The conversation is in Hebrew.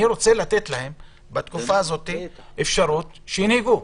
אני רוצה לתת להם בתקופה הזאת אפשרות שינהגו,